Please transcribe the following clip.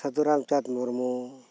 Sadhuramchand Murmu